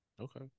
Okay